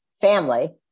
family